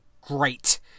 great